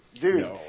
Dude